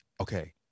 Okay